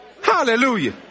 Hallelujah